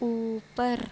اوپر